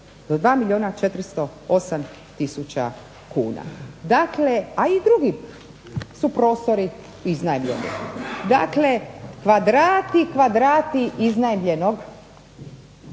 do 12,408 milijuna kuna, dakle a i drugi su prostori iznajmljeni. Dakle, kvadrati, kvadrati iznajmljenih